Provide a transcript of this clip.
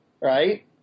right